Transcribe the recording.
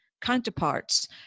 counterparts